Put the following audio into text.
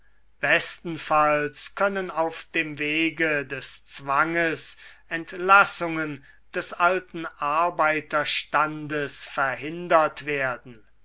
bestenfalls können auf dem wege des zwanges entlassungen des alten arbeiters tandes verhindert werden